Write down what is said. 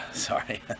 Sorry